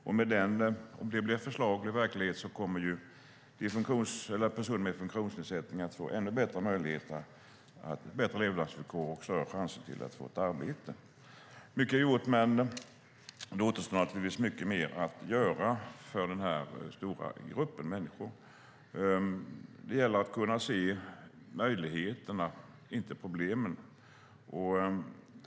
Om de förslagen blir verklighet kommer personer med funktionsnedsättning att få ännu bättre möjligheter, bättre levnadsvillkor och större chanser att få ett arbete. Mycket är gjort, men det återstår naturligtvis mycket mer att göra för den här stora gruppen människor. Det gäller att kunna se möjligheterna, inte problemen.